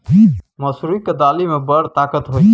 मसुरीक दालि मे बड़ ताकत होए छै